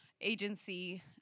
agency